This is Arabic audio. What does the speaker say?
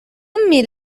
أمي